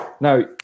Now